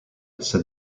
said